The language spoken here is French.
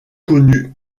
connue